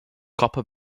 copper